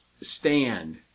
Stand